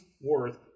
worth